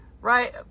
right